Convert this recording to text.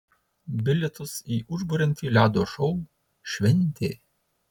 bilietus į užburiantį ledo šou šventė